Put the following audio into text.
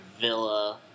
Villa